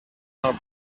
our